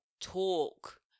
talk